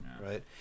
right